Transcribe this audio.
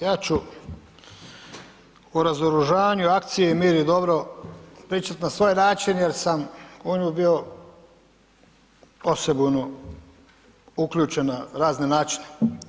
Ja ću o razoružanju, akciji i mir i dobro pričati na svoj način jer sam u nju bio osebujno uključen na razne načine.